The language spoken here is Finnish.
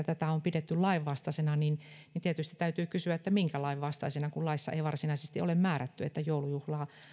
tätä on on pidetty lainvastaisena tietysti täytyy kysyä minkä lain vastaisena kun laissa ei varsinaisesti ole määrätty että joulujuhla